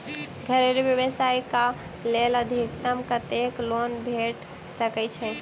घरेलू व्यवसाय कऽ लेल अधिकतम कत्तेक लोन भेट सकय छई?